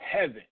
Heaven